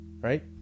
Right